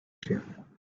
june